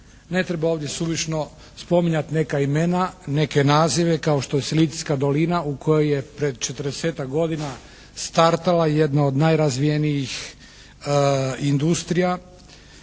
Ne treba ovdje suvišno spominjati neka imena, neke nazive kao što je Silicijska dolina u kojoj je pred 40-ak godina startala jedna od najrazvijenijih industrija.